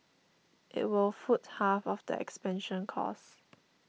it will foot half of the expansion costs